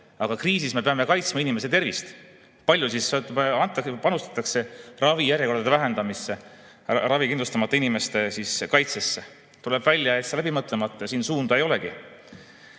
aga kriisis me peame kaitsma inimese tervist. Kui palju siis panustatakse ravijärjekordade vähendamisse, ravikindlustamata inimeste kaitsesse? Tuleb välja, et see on läbi mõtlemata ja siin suunda ei olegi.